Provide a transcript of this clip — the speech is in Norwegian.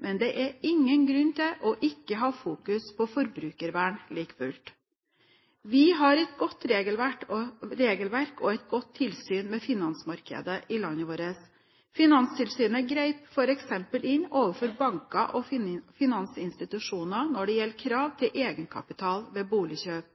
men det er ingen grunn til ikke å ha fokus på forbrukervern like fullt. Vi har et godt regelverk og et godt tilsyn med finansmarkedet i landet vårt. Finanstilsynet grep f.eks. inn overfor banker og finansinstitusjoner når det gjelder krav til egenkapital ved boligkjøp.